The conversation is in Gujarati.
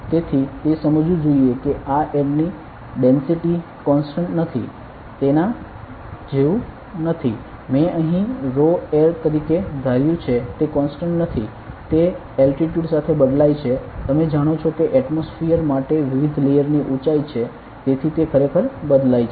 તેથી તે સમજવું જોઈએ કે આ એરની ડેન્સિટિ કોન્સટન્ટ નથી તેના જવું નાથી મેં અહીં રો એર તરીકે ધાર્યું છે તે કોન્સટન્ટ નથી તે એલ્ટીટ્યુડ સાથે બદલાય છે તમે જાણો છો કે એટમોસફીયર માટે વિવિધ લેયર ની ઉચાઈ છે તેથી તે ખરેખર બદલાય છે